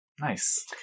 Nice